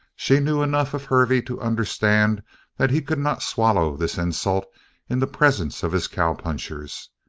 she knew enough of hervey to understand that he could not swallow this insult in the presence of his cowpunchers.